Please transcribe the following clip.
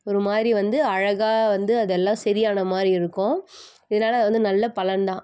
ஒரு மாதிரி வந்து அழகாக வந்து அதெல்லாம் சரியான மாதிரி இருக்கும் இதனால் வந்து நல்ல பலன்தான்